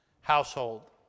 household